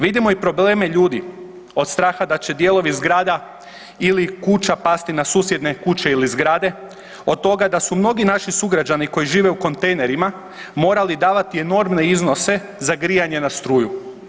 Vidimo i probleme ljudi od straha da će dijelovi zgrada ili kuća pasti na susjedne kuće ili zgrade, od toga da su mnogi naši sugrađani koji žive u kontejnerima morali davati enormne iznose za grijanje na struju.